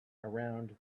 around